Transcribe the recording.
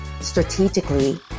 strategically